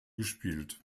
gespielt